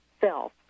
self